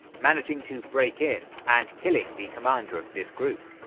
managing to break in and killing the commander of this group.